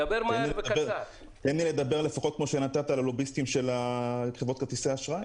תן לי לדבר לפחות כמו שנתת ללוביסטים של חברות כרטיסי האשראי.